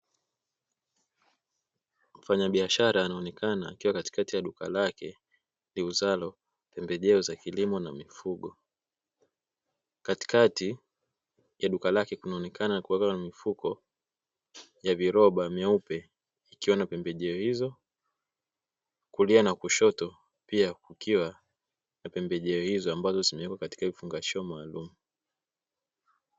Mfanyabiashara anaonekana akiwa katikati ya duka lake liuzalo pembejeo za kilimo na mifugo. Katikati ya duka lake kunaonekana kuna mifuko ya viroba vyeupe ikiwa na pembejeo hizo, kulia na kushoto pia kukiwa na pembejeo hizo ambazo zimewekwa katika vifungashio maalumu.